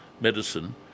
medicine